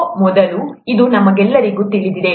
pro ಮೊದಲು ಇದು ನಮಗೆಲ್ಲರಿಗೂ ತಿಳಿದಿದೆ